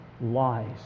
lies